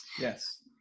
Yes